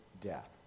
death